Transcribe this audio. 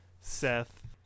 Seth